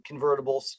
convertibles